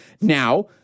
Now